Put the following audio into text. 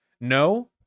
No